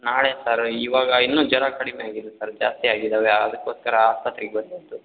ನಾಳೆ ಸರು ಇವಾಗ ಇನ್ನೂ ಜ್ವರ ಕಡಿಮೆ ಆಗಿಲ್ಲ ಸರ್ ಜಾಸ್ತಿ ಆಗಿದ್ದಾವೆ ಅದಕ್ಕೋಸ್ಕರ ಆಸ್ಪತ್ರಿಗೆ ಬಂದಿದ್ದು